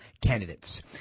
candidates